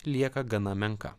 lieka gana menka